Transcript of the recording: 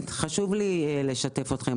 חשוב לי לשתף אתכם.